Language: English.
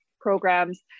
programs